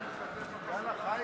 אני רוצה להשתתף, יאללה, חיים.